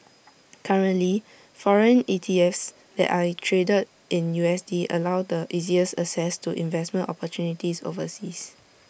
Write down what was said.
currently foreign ETFs that are traded in U S D allow the easiest access to investment opportunities overseas